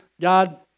God